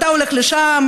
אתה הולך לשם,